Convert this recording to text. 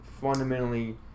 fundamentally